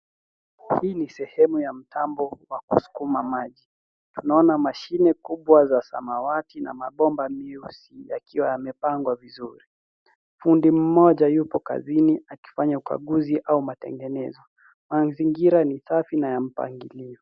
Hii ni sehemu ya mtambo wa kuskuma maji tunaona mashine kubwa za samawati na mabomba meusi yakiwa yamepangwa vizuri fundi mmoja yupo kazini akifanya ukaguzi au matengenezo mazingira ni safi na ya mpangilio.